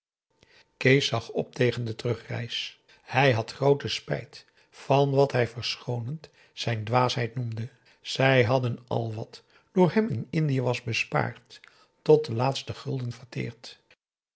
kees zag op tegen de terugreis hij had grooten spijt van wat hij verschoonend zijn dwaasheid noemde zij hadden al wat door hem in indië was bespaard tot den laatsten gulden verteerd